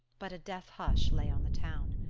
but a death-hush lay on the town,